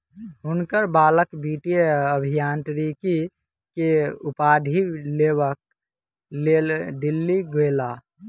हुनकर बालक वित्तीय अभियांत्रिकी के उपाधि लेबक लेल दिल्ली गेला